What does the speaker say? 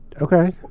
Okay